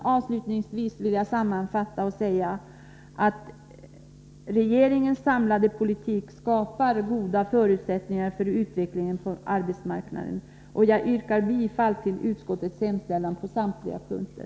Sammanfattningsvis vill jag framhålla att regeringens samlade politik skapar goda förutsättningar för utvecklingen på arbetsmarknaden. Jag yrkar bifall till utskottets hemställan på samtliga punkter.